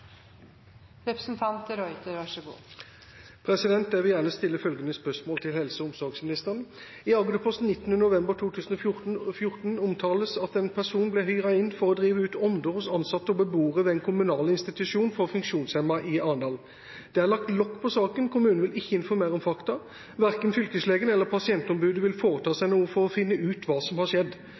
omsorgsministeren: «I Agderposten 19. november 2014 omtales at en person ble hyret inn for å drive ut ånder hos ansatte og beboere ved en kommunal institusjon for funksjonshemmede i Arendal. Det er lagt lokk på saken. Kommunen vil ikke informere om fakta. Verken fylkeslegen eller pasientombudet vil foreta seg noe for å finne ut hva som har skjedd.